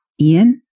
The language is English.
Ian